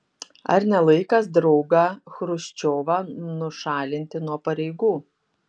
ar ne laikas draugą chruščiovą nušalinti nuo pareigų